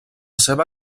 seva